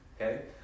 Okay